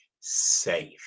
safe